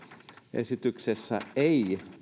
esityksessä ei